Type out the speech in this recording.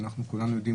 כי אנחנו כולנו יודעים,